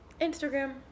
Instagram